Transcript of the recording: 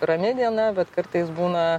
rami diena bet kartais būna